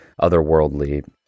otherworldly